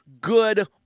good